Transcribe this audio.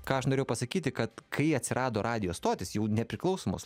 ką aš norėjau pasakyti kad kai atsirado radijo stotys jau nepriklausomos